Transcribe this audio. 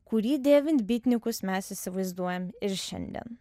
kurį dėvint bytnikus mes įsivaizduojam ir šiandien